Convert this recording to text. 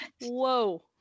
whoa